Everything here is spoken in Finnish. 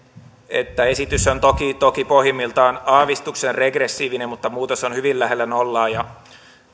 että esitys on toki toki pohjimmiltaan aavistuksen regressiivinen mutta muutos on hyvin lähellä nollaa ja